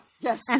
yes